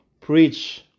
Preach